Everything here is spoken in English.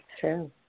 true